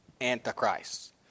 Antichrist